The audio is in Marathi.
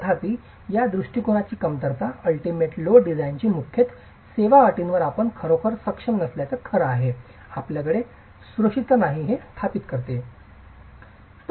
तथापि या दृष्टिकोनाची कमतरता अलटीमेट लोड डिझाइन ही मुख्यत सेवा अटींवर आपण खरोखर सक्षम नसल्याची खरं आहे आपल्याकडे सुरक्षितता आहे की नाही हे स्थापित करा